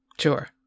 Sure